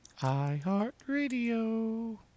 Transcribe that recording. iHeartRadio